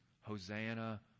Hosanna